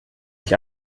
sich